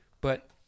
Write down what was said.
but-